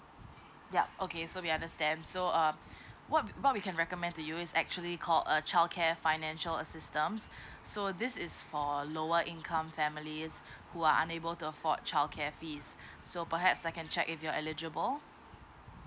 ya okay so we understand so err what w~ what we can recommend to you is actually call a childcare financial assistance so this is for lower income families who are unable to afford childcare fees so perhaps I can check if you're eligible